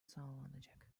sağlanacak